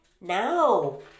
Now